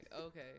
okay